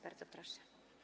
Bardzo proszę.